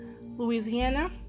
louisiana